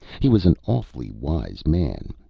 he was an awfully wise man.